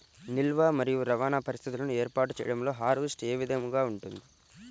నిల్వ మరియు రవాణా పరిస్థితులను ఏర్పాటు చేయడంలో హార్వెస్ట్ ఏ విధముగా ఉంటుంది?